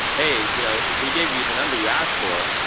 hey, you know we gave you the number you asked for.